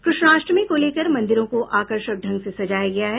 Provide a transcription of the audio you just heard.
कृष्णाष्टमी को लेकर मंदिरों को आकर्षक ढंग से सजाया गया है